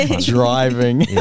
Driving